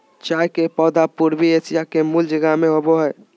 चाय के पौधे पूर्वी एशिया के मूल जगह में होबो हइ